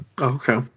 Okay